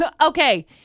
Okay